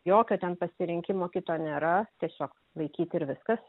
jokio ten pasirinkimo kito nėra tiesiog laikyt ir viskas